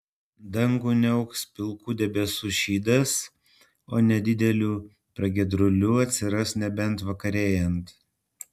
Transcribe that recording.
dangų niauks pilkų debesų šydas o nedidelių pragiedrulių atsiras nebent vakarėjant